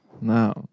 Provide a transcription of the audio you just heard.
No